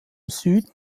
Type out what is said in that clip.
süden